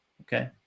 Okay